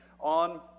on